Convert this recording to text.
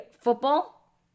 football